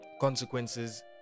consequences